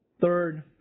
Third